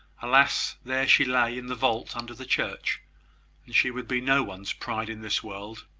alas! there she lay in the vault under the church and she would be no one's pride in this world,